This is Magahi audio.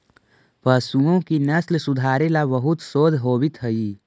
पशुओं की नस्ल सुधारे ला बहुत शोध होवित हाई